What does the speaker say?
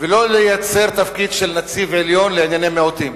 ולא לייצר תפקיד של נציב עליון לענייני מיעוטים.